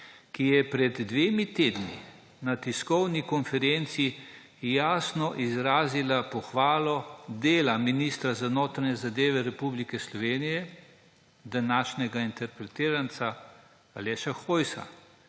ki je pred dvema tednoma na tiskovni konferenci jasno izrazila pohvalo dela ministra za notranje zadeve Republike Slovenije, današnjega interpeliranca Aleša Hojsa,